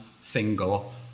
single